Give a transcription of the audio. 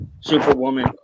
Superwoman